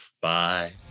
bye